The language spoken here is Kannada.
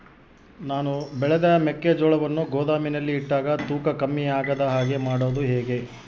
ನಾನು ಬೆಳೆದ ಮೆಕ್ಕಿಜೋಳವನ್ನು ಗೋದಾಮಿನಲ್ಲಿ ಇಟ್ಟಾಗ ತೂಕ ಕಮ್ಮಿ ಆಗದ ಹಾಗೆ ಮಾಡೋದು ಹೇಗೆ?